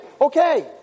okay